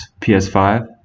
ps5